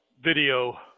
video